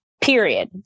period